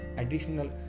additional